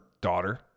daughter